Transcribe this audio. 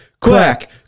Quack